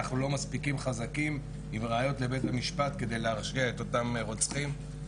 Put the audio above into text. אנחנו לא מספיק חזקים עם ראיות לבית-משפט כדי להרשיע את אותם רוצחים.